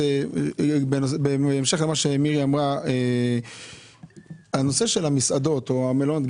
בהמשך למה שאמרה מירי, בנושא המסעדות או המלונות.